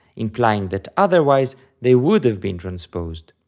implying that otherwise they would have been transposed.